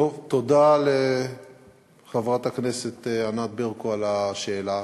טוב, תודה לחברת הכנסת ענת ברקו על השאלה.